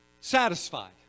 satisfied